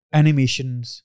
animations